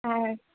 হ্যাঁ